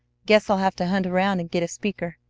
guess i'll have to hunt around and get a speaker.